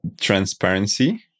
transparency